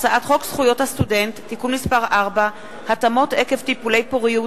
הצעת חוק זכויות הסטודנט (תיקון מס' 4) (התאמות עקב טיפולי פוריות,